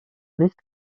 nicht